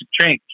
change